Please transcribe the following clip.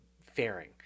fairing